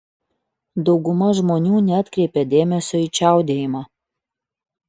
dauguma žmonių neatkreipia dėmesio į čiaudėjimą